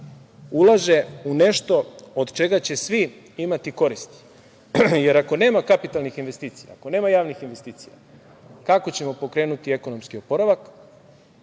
ulaže u nešto od čega će svi imati koristi. Jer ako nema kapitalnih investicija, ako nema javnih investicija, kako ćemo pokrenuti ekonomski oporavak